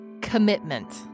commitment